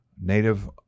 Native